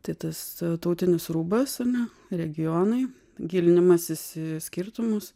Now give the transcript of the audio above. tai tas tautinis rūbas ane regionai gilinimasis į skirtumus